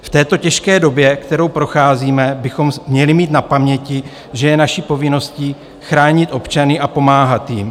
V této těžké době, kterou procházíme, bychom měli mít na paměti, že je naší povinností chránit občany a pomáhat jim.